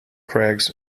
crags